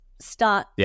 start